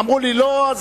אמרו לי לא,